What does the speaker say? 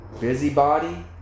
busybody